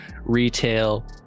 retail